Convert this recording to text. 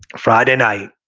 friday night,